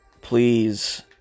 please